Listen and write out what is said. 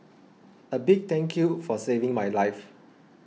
a big thank you for saving my life